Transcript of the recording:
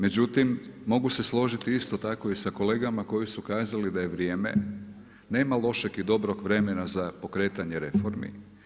Međutim mogu se složiti isto tako i sa kolegama koji su kazali da je vrijeme, nema lošeg i dobrog vremena za pokretanje reformi.